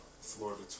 Florida